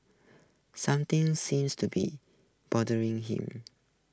something seems to be bothering him